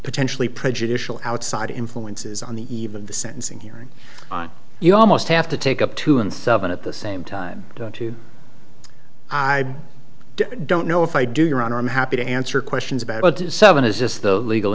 potentially prejudicial outside influences on the eve of the sentencing hearing you almost have to take up two and seven at the same time i don't know if i do your honor i'm happy to answer questions about seven is just the legal